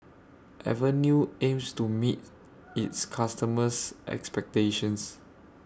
Avenue aims to meet its customers' expectations